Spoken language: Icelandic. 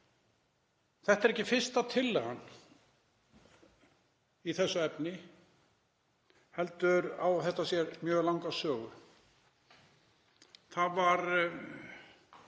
Þetta er ekki fyrsta tillagan í þessu efni heldur á þetta sér mjög langa sögu. Það var